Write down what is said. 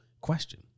question